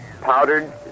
powdered